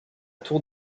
tour